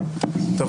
אולי נגיד "הלל".